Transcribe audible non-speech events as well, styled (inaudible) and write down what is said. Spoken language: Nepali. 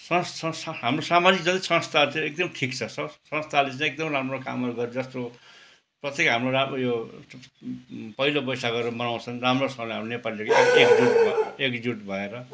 (unintelligible) हाम्रो सामाजिक संस्थाहरू चाहिँ एकदम ठिक छ संस्थाहरू चाहिँ एकदम राम्रो काम गर् (unintelligible) जस्तो प्रतेक हाम्रो उयो पहिलो वैशाखहरू मनाउँछन् राम्रोसँगले हाम्रो नेपालीहरूले एकजुट एकजुट भएर